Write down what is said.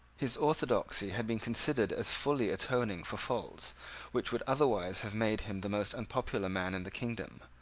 his orthodoxy had been considered as fully atoning for faults which would otherwise have made him the most unpopular man in the kingdom,